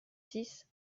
six